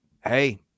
Hey